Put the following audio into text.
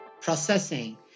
processing